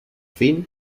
fin